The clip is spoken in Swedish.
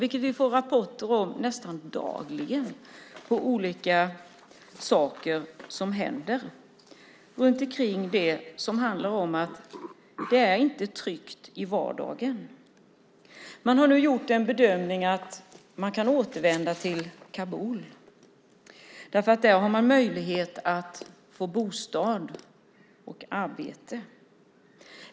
Det får vi rapporter om nästan dagligen, om olika saker som händer. Det handlar om att det inte är tryggt i vardagen. Man har nu gjort en bedömning att det går att återvända till Kabul, för där finns det möjlighet att få bostad och arbete.